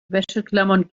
wäscheklammern